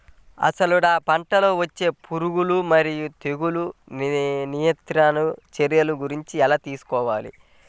అసలు నా పంటలో వచ్చే పురుగులు మరియు తెగులుల నియంత్రణ చర్యల గురించి ఎలా తెలుసుకోవాలి?